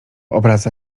obraca